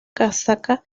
casaca